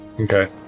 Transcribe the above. Okay